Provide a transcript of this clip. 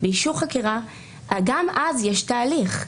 באישור חקירה גם אז יש תהליך.